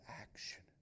action